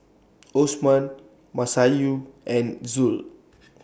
Osman Masayu and Zul